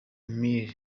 mill